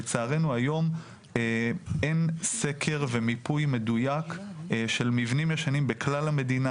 לצערנו היום אין סקר ומיפוי מדויק של מבנים ישנים בכלל המדינה.